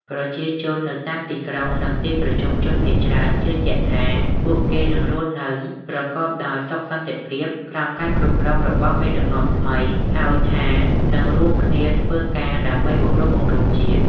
ប្រជាជននៅតាមទីក្រុង និងទីប្រជុំជនភាគច្រើនជឿជាក់ថា ពួកគេនឹងរស់នៅប្រកបដោយសុខសន្តិភាពក្រោមការគ្រប់គ្រងរបស់មេដឹកនាំថ្មី ហើយថានឹងរួមគ្នាធ្វើការដើម្បីបង្រួបបង្រួមជាតិ។